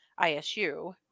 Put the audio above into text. isu